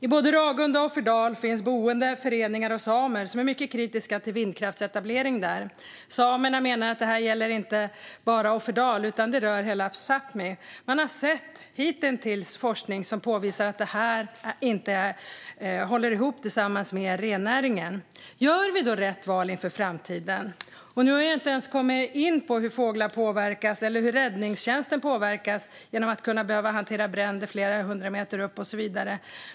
I både Ragunda och Offerdal finns boende, föreningar och samer som är mycket kritiska till vindkraftsetablering där. Samerna menar att detta inte bara gäller Offerdal utan hela Sápmi. Man har sett forskning som påvisar att detta inte håller ihop tillsammans med rennäringen. Gör vi då rätt val inför framtiden? Nu har jag inte ens kommit in på hur fåglar påverkas eller hur räddningstjänsten påverkas genom att de kan behöva hantera bränder flera hundra meter upp och så vidare.